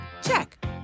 Check